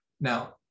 Now